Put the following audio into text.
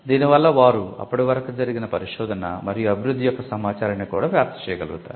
దీని వల్ల వారు అప్పటి వరకు జరిగిన పరిశోధన మరియు అభివృద్ధి యొక్క సమాచారాన్ని కూడా వ్యాప్తి చేయగలుగుతారు